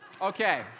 Okay